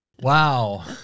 Wow